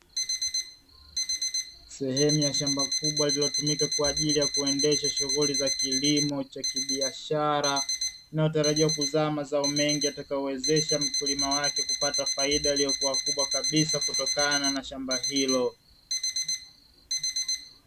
Sehemu ya shamba kubwa linalotumika kwa ajili ya kuendesha shughuli za kilimo cha kibiashara linalotarajia kuzaa mazao mengi yatakayo wezesha mkulima wake kupata faida iliyo kubwa kabisa kutokana na shamba hilo.